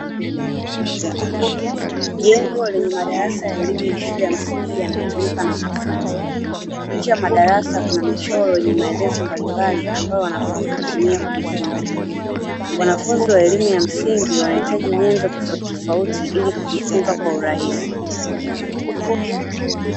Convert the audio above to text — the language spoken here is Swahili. Jengo lenye madarasa ya elimu ya shule ya msingi yanayotumika na wanafunzi, nje ya madarasa kuna michoro yenye maelezo mbalimbali ambayo wanafunzi hutumia kujifunza. Wanafunzi wa elimu ya msingi wanahitaji nyenzo tofauti tofauti ili kujifunza kwa urahisi.